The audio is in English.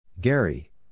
Gary